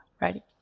Ready